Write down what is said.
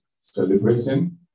Celebrating